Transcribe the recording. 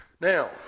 Now